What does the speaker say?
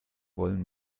wollen